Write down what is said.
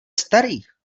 starých